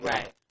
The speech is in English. Right